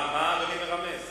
מה אדוני מרמז?